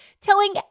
telling